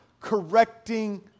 correcting